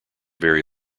very